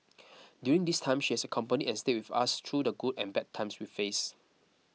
during this time she has accompanied and stayed with us through the good and bad times we faced